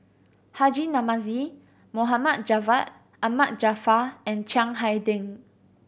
Haji Namazie Mohd Javad Ahmad Jaafar and Chiang Hai Ding